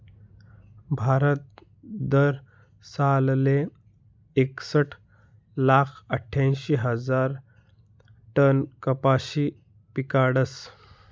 भारत दरसालले एकसट लाख आठ्यांशी हजार टन कपाशी पिकाडस